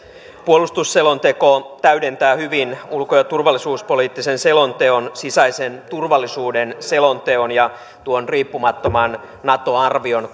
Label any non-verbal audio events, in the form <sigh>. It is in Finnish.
puolustusselonteko täydentää hyvin ulko ja turvallisuuspoliittisen selonteon sisäisen turvallisuuden selonteon ja tuon riippumattoman nato arvion <unintelligible>